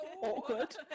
Awkward